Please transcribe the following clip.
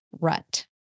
rut